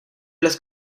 los